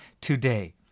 today